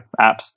apps